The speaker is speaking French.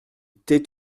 tais